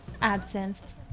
absinthe